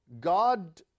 God